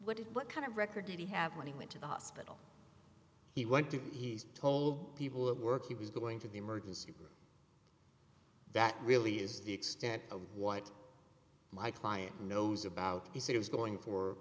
what it what kind of record did he have when he went to the hospital he went to he's told people at work he was going to the emergency room that really is the extent of what my client knows about this it was going for